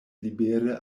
libere